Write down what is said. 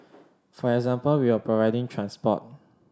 for example we were providing transport